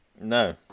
No